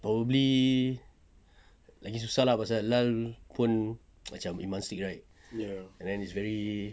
probably lagi susah lah pasal lal pun macam iman's league right and then it's very